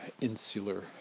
insular